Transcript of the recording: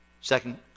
Second